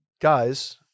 guys